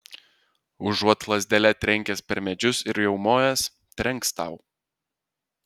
užuot lazdele trenkęs per medžius ir riaumojęs trenks tau